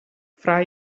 fra